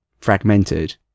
fragmented